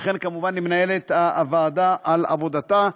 וכן כמובן למנהלת הוועדה על עבודתה.